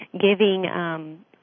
giving